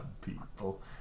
people